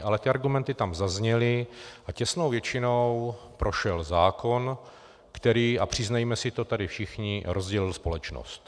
Ale ty argumenty tam zazněly a těsnou většinou prošel zákon, který, a přiznejme si to tady všichni, rozdělil společnost.